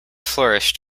flourished